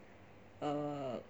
err